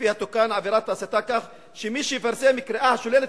שלפיה תתוקן עבירת הסתה כך שמי שיפרסם קריאה השוללת